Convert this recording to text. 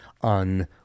on